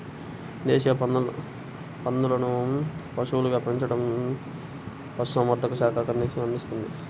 దేశీయ పందులను పశువులుగా పెంచడం పశుసంవర్ధక శాఖ కిందికి వస్తుంది